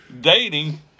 dating